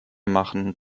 machen